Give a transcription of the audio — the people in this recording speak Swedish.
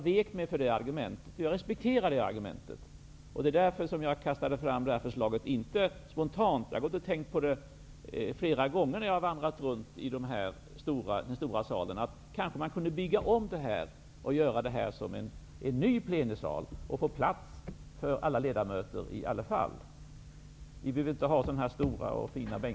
Jag respekterar det argumentet. Därför kastade jag fram förslaget att man kanske kunde bygga om den här plenisalen och ändå få plats för alla ledamöter. Det var inte något sponant förslag; jag har tänkt på det ofta när jag varit i den här stora salen.